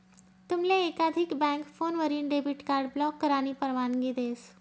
तुमले एकाधिक बँक फोनवरीन डेबिट कार्ड ब्लॉक करानी परवानगी देस